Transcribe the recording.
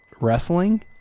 wrestling